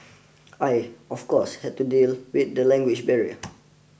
I of course had to deal with the language barrier